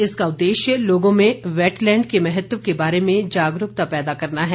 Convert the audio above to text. इसका उद्देश्य लोगों में वैटलैंड के महत्व के बारे में जागरूकता पैदा करना है